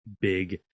big